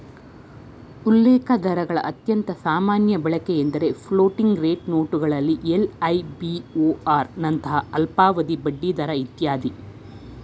ಉಲ್ಲೇಖದರಗಳ ಅತ್ಯಂತ ಸಾಮಾನ್ಯ ಬಳಕೆಎಂದ್ರೆ ಫ್ಲೋಟಿಂಗ್ ರೇಟ್ ನೋಟುಗಳಲ್ಲಿ ಎಲ್.ಐ.ಬಿ.ಓ.ಆರ್ ನಂತಹ ಅಲ್ಪಾವಧಿ ಬಡ್ಡಿದರ ಇತ್ಯಾದಿ